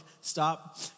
stop